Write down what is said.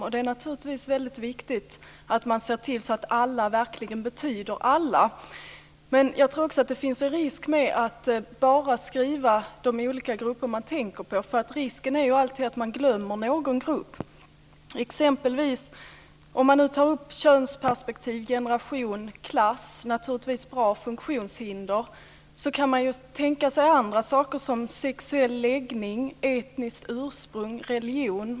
Det är naturligtvis väldigt viktigt att man ser till att alla verkligen betyder alla. Men jag tror också att det finns en risk med att nämna de olika grupper man tänker på. Risken är alltid att man glömmer någon grupp. Om man exempelvis tar upp könsperspektiv, generation, klass och funktionshinder kan man ju också tänka sig andra saker, som sexuell läggning, etniskt ursprung och religion.